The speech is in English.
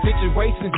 situations